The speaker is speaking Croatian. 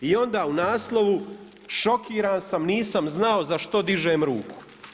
I onda u naslovu: „Šokiran sam, nisam znao za što dižem ruku.